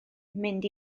mynd